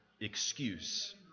excuse